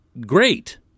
great